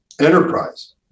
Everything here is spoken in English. enterprise